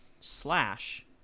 slash